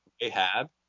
Ahab